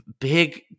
big